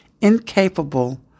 Incapable